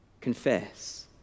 confess